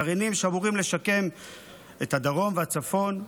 גרעינים שאמורים לשקם את הדרום והצפון,